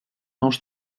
nous